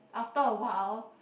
after awhile